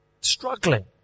struggling